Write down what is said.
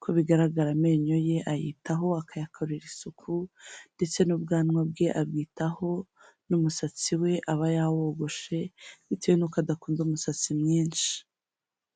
ko bigaragara amenyo ye ayitaho akayakorera isuku ndetse n'ubwanwa bwe abwitaho n'umusatsi we aba yawogoshe bitewe nuko adakunda umusatsi mwinshi.